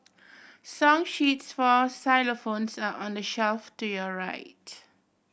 song sheets for xylophones are on the shelf to your right